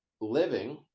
Living